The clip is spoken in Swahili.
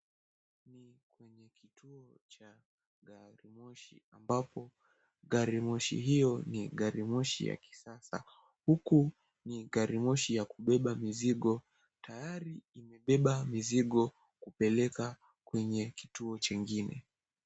Ni kwenye kituo cha gari Moshi ambapo gari Moshi hiyo ni gari Moshi ya kisasa, huku ni gari Moshi ya kubeba mzigo, tayari imebeba mizigo kepeleka kwenye kituo chengine.